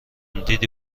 دیدی